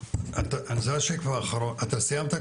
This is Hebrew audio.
סיימת?